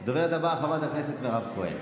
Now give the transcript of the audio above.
הדוברת הבאה, חברת הכנסת מירב כהן.